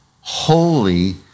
holy